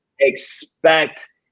expect